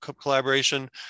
collaboration